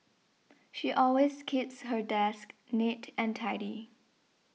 she always keeps her desk neat and tidy